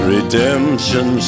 Redemption